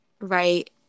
right